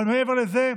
אבל מעבר לזה,